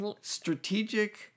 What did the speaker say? Strategic